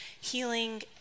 healing